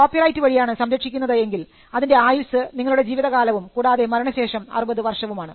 copyright വഴിയാണ് സംരക്ഷിക്കുന്നത് എങ്കിൽ അതിൻറെ ആയുസ്സ് നിങ്ങളുടെ ജീവിതകാലവും കൂടാതെ മരണശേഷം 60 വർഷവുമാണ്